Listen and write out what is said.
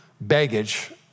baggage